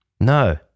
No